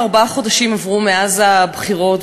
בערך ארבעה חודשים עברו מאז הבחירות,